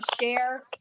share